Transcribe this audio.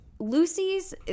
lucy's